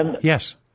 Yes